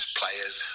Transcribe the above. players